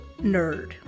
nerd